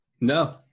No